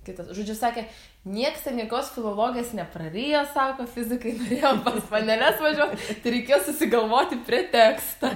kitas žodžiu sakė nieks ten jokios filologės neprarijo sako fizikai norėjo pas paneles važiuot tai reikėjo susigalvoti pretekstą